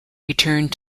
returned